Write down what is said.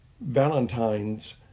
valentines